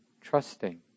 trusting